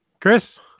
Chris